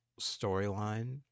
storyline